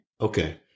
okay